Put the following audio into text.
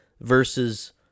versus